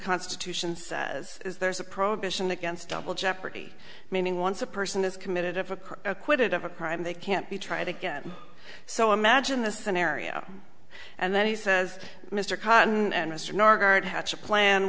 constitution says is there's a prohibition against double jeopardy meaning once a person is committed if a court acquitted of a crime they can't be tried again so imagine the scenario and then he says mr cotton